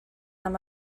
amb